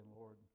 Lord